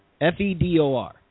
F-E-D-O-R